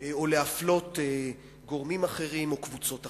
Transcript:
או להפלות גורמים אחרים או קבוצות אחרות.